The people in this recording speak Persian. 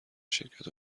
شرکت